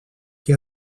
que